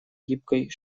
гибкой